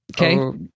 Okay